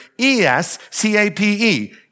E-S-C-A-P-E